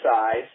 size